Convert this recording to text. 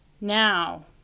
Now